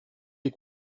les